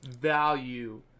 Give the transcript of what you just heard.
value